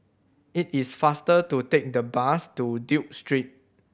it is faster to take the bus to Duke Street